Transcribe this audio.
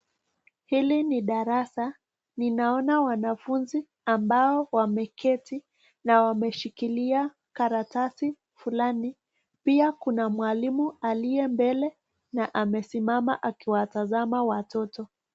Hili ni darasa. Ninaona wanafunzi ambao wameketi na wameshikilia karatasi fulani. Pia kuna mwalimu aliye mbele na amesimama akiwatazama watoto.